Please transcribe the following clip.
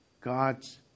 God's